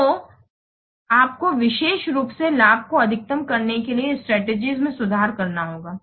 तो आपको विशेष रूप से लाभ को अधिकतम करने के लिए स्ट्रेटेजीज में सुधार करना होगा